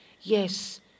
Yes